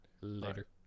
Later